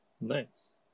nice